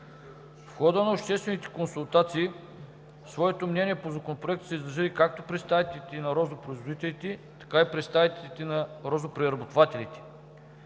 В хода на обществените консултации своето мнение по Законопроекта са изразили както представителите на розопроизводителите, така и представителите на розопреработвателите.